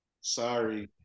Sorry